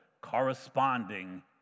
corresponding